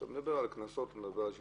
כשאתה מדבר על קנסות ואתה מדבר על שינויים.